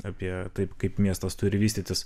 apie taip kaip miestas turi vystytis